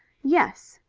yes.